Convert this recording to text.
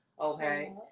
okay